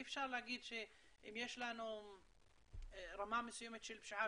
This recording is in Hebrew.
אי אפשר להגיד שאם יש לנו רמה מסוימת של פשיעה